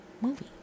movie